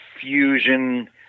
fusion